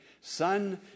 son